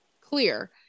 clear